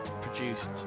produced